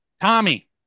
Tommy